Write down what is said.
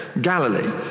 Galilee